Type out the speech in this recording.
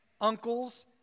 uncles